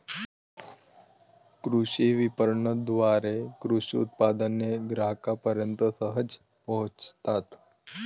कृषी विपणनाद्वारे कृषी उत्पादने ग्राहकांपर्यंत सहज पोहोचतात